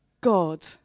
God